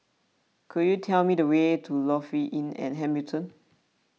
could you tell me the way to Lofi Inn at Hamilton